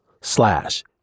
slash